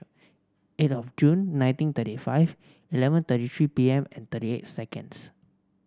eight of Jun nineteen thirty five eleven thirty three P M and thirty eight seconds